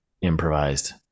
improvised